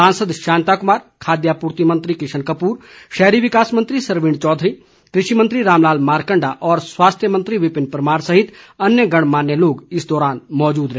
सांसद शांता कुमार खाद्य आपूर्ति मंत्री किशन कपूर शहरी विकास मंत्री सरवीण चौधरी कृषि मंत्री रामलाल मारकण्डा और स्वास्थ्य मंत्री विपिन परमार सहित अन्य गणमान्य लोग इस दौरान मौजूद रहे